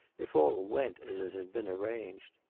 if all went as it had been arranged.